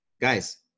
guys